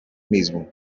mismo